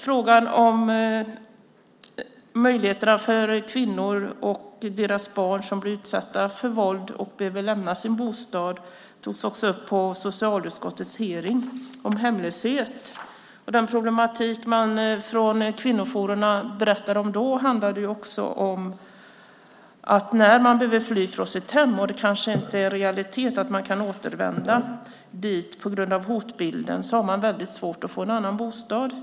Frågan om möjligheterna för kvinnor och deras barn som blir utsatta för våld och behöver lämna sin bostad togs också upp på socialutskottets hearing om hemlöshet. Den problematik man berättade om då från kvinnojourerna handlade också om vad som händer när man behöver fly från sitt hem. Det kanske inte är en realitet att man kan återvända dit på grund av hotbilden, och då har man svårt att få en annan bostad.